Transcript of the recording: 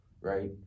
right